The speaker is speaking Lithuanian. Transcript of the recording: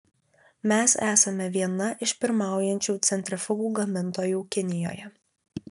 mes esame viena iš pirmaujančių centrifugų gamintojų kinijoje